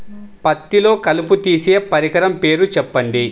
పత్తిలో కలుపు తీసే పరికరము పేరు చెప్పండి